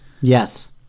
Yes